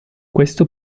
questo